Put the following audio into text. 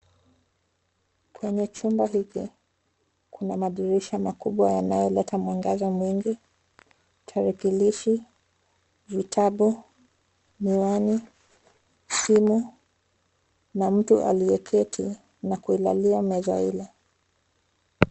Kwenye chumba hiki, kuna madirisha makubwa yanayoleta mwangaza mwingi, tarakilishi, vitabu, miwani, simu na mtu aliyeketi na kuilalia meza ile.